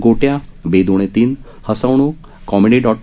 गोट्या बे दणे तीन हसवणूक कॉमेडी डॉट